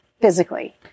physically